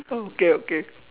okay okay